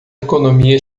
economia